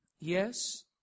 Yes